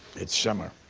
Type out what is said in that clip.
it's summer.